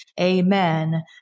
amen